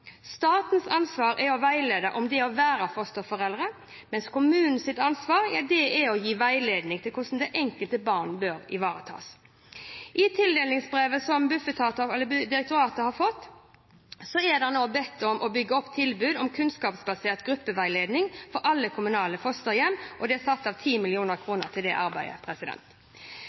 Statens ansvar er å veilede om det å være fosterforeldre, mens kommunens ansvar er å gi veiledning om hvordan det enkelte barn bør ivaretas. I tildelingsbrevet som direktoratet har fått, ber man om at det bygges opp tilbud om kunnskapsbasert gruppeveiledning for alle kommunale fosterhjem, og det er satt av 10 mill. kr til det arbeidet.